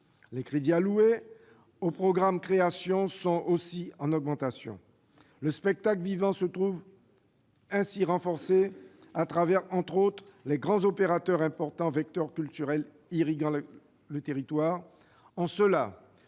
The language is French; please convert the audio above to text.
Les crédits alloués au programme « Création » sont, eux aussi, en augmentation. Le spectacle vivant se trouve ainsi renforcé à travers, entre autres, les grands opérateurs, importants vecteurs culturels irriguant le territoire